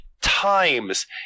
times